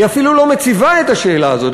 היא אפילו לא מציבה את השאלה הזאת.